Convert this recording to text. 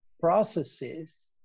processes